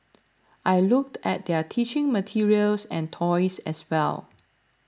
I looked at their teaching materials and toys as well